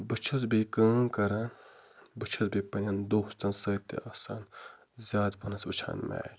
بہٕ چھُس بیٚیہِ کٲم کران بہٕ چھس بیٚیہِ پَننیٚن دوستَن سۭتۍ تہِ آسان زیادٕ پَہنَس وٕچھان میچ